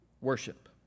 worship